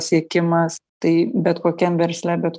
siekimas tai bet kokiam versle bet